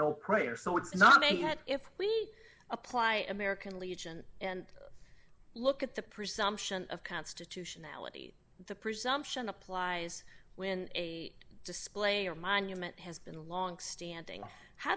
no prayer so it's not yet if we apply american legion and look at the presumption of constitutionality the presumption applies when a display or monument has been longstanding how